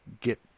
get